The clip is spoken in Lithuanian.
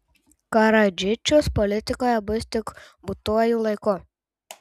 karadžičius politikoje bus tik būtuoju laiku